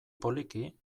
poliki